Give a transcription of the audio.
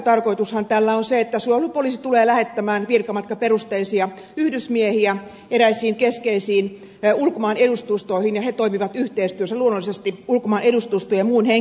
yksi pääkäyttötarkoitushan tällä on se että suojelupoliisi tulee lähettämään virkamatkaperusteisia yhdysmiehiä eräisiin keskeisiin ulkomaanedustustoihin ja he toimivat yhteistyössä luonnollisesti ulkomaanedustustojen ja muun henkilöstön kanssa